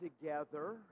together